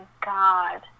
God